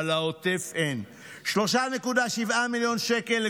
אבל לעוטף אין 3.7 מיליון שקלים.